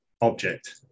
object